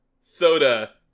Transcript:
soda